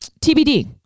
TBD